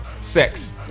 sex